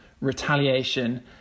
retaliation